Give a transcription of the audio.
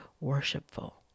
worshipful